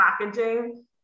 packaging